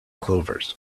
clovers